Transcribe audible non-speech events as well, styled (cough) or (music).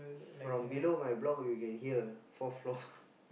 from below my block you can hear fourth floor (breath)